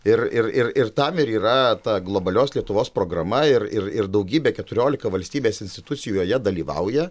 ir ir ir ir tam ir yra ta globalios lietuvos programa ir ir ir daugybė keturiolika valstybės institucijų joje dalyvauja